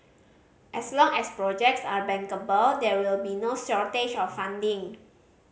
as long as projects are bankable there will be no shortage of funding